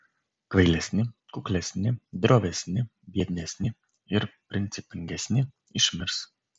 kvailesni kuklesni drovesni biednesni ir principingesni išmirs